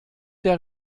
der